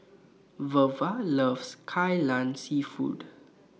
Wava loves Kai Lan Seafood